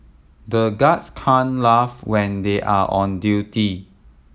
the guards can't laugh when they are on duty